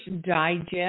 Digest